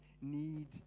need